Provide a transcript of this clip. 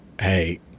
hey